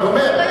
אני אומר,